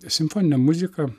simfoninę muziką